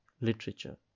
literature